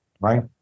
right